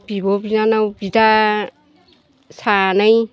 बिब' बिनानाव बिदा सानै